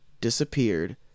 Disappeared